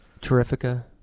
Terrifica